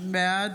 בעד